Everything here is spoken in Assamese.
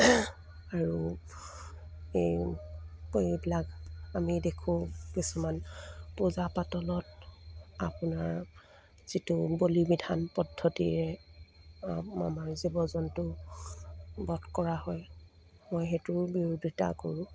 আৰু এই এইবিলাক আমি দেখোঁ কিছুমান পূজা পাতলত আপোনাৰ যিটো বলি বিধান পদ্ধতিৰে আমাৰ জীৱ জন্তু বধ কৰা হয় মই সেইটোৰো বিৰোধিতা কৰোঁ